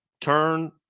turn